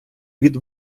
від